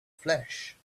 flesh